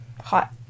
hot